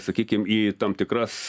sakykim į tam tikras